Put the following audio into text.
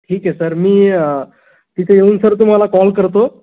ठीक आहे सर मी तिथे येऊन सर तुम्हाला कॉल करतो